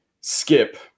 skip